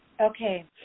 okay